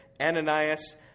Ananias